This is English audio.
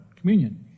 Communion